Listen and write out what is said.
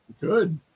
Good